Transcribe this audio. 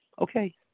Okay